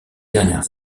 dernières